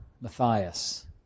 Matthias